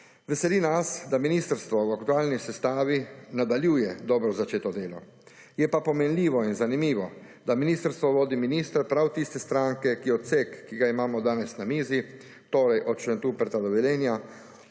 Veseli nas, da ministrstvo v aktualni sestavi nadaljuje dobro začeto delo. Je pa pomenljivo in zanimivo, da ministrstvo vodi minister prav tiste stranke, ki je odsek, ki ga imamo danes na mizi, torej od Šentruperta do Velenja,